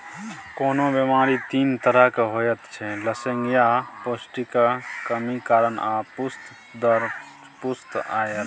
कोनो बेमारी तीन तरहक होइत छै लसेंगियाह, पौष्टिकक कमी कारणेँ आ पुस्त दर पुस्त आएल